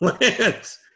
Lance